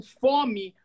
fome